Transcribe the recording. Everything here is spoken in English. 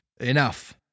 Enough